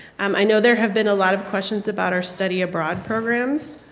um i know there have been a lot of questions about our study abroad programs.